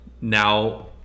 now